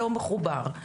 לא מחובר.